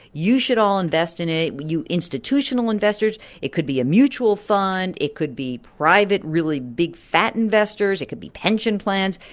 you should all invest in it. you institutional investors, it could be a mutual fund. it could be private. really big, fat investors it could be pension plans.